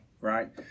right